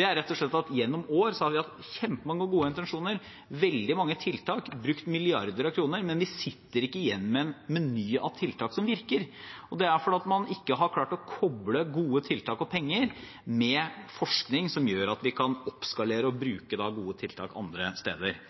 er rett og slett at gjennom år har vi hatt veldig mange gode intensjoner, veldig mange tiltak, brukt milliarder av kroner, men vi sitter ikke igjen med en meny av tiltak som virker. Det er fordi man ikke har klart å koble gode tiltak og penger med forskning som gjør at vi kan oppskalere og bruke gode tiltak andre steder.